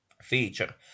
feature